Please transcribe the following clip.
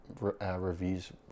reviews